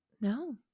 no